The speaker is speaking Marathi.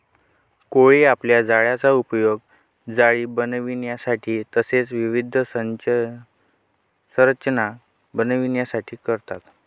कोळी आपल्या जाळ्याचा उपयोग जाळी बनविण्यासाठी तसेच विविध संरचना बनविण्यासाठी करतात